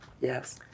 Yes